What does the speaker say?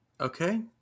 Okay